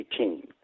18